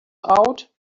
out